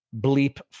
Bleep